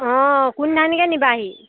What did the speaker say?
অঁ কোন কোনদিনাখনিকৈ নিবাহি